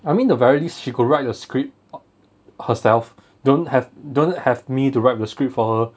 I mean the very least she could write a script herself don't have don't have me to write the script for her